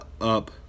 up